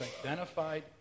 identified